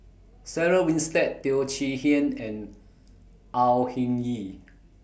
Sarah Winstedt Teo Chee Hean and Au Hing Yee